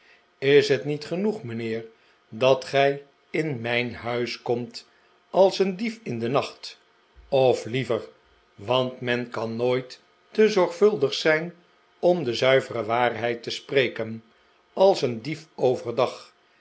is het niet genoeg mijnheer dat gij in mijn huis komt als een dief in den nacht of liever want men kan nooit te zorgvuldig zijn om de zuivere waarheid te spreken als een dief overdag